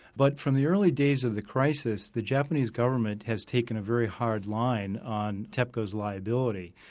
but from the early days of the crisis, the japanese government has taken a very hard line on tepco's liability.